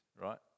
right